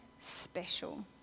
special